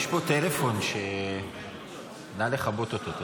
יש פה טלפון, נא לכבות אותו.